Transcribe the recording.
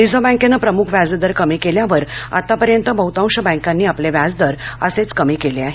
reserve बँकेनं प्रमुख व्याजदर कमी केल्यावर आतापर्यंत बहतांश बॅंकांनी आपले व्याजदर असेच कमी केले आहेत